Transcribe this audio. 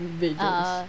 videos